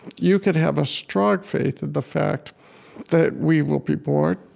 you can have a strong faith in the fact that we will be born,